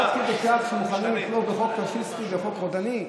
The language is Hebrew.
עד כדי כך שמוכנים לתמוך בחוק פשיסטי, בחוק רודני?